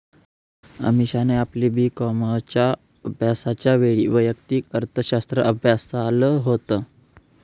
अमीषाने आपली बी कॉमच्या अभ्यासाच्या वेळी वैयक्तिक अर्थशास्त्र अभ्यासाल होत